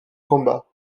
combats